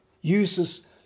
uses